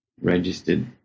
registered